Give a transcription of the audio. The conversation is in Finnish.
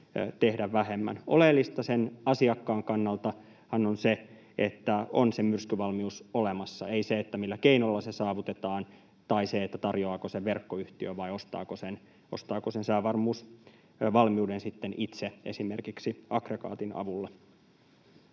tehdä vähemmän. Oleellista sen asiakkaan kannaltahan on se, että on se myrskyvalmius olemassa, ei se, millä keinolla se saavutetaan, tai se, tarjoaako sen verkkoyhtiö vai ostaako sen säävalmiuden sitten itse esimerkiksi aggregaatin avulla.